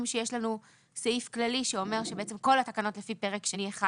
שיש לנו סעיף כללי שאומר שכל התקנות לפי פרק שני1